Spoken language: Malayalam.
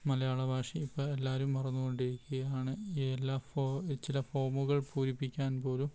മലയാളഭാഷ ഇപ്പോൾ എല്ലാവരും മറന്നുകൊണ്ടിരിക്കുകയാണ് എല്ലാ ചില ഫോമുകൾ പൂരിപ്പിക്കാൻപോലും